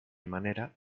manera